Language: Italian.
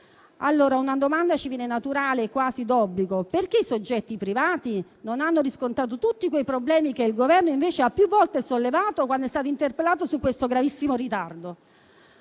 Allora una domanda ci viene naturale, quasi d'obbligo: perché i soggetti privati non hanno riscontrato tutti quei problemi che il Governo, invece, ha più volte sollevato quando è stato interpellato su questo gravissimo ritardo?